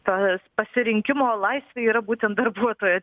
tas pasirinkimo laisvė yra būtent darbuotojo